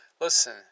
Listen